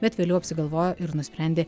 bet vėliau apsigalvojo ir nusprendė